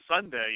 Sunday